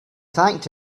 thanked